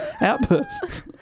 outbursts